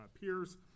peers